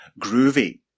groovy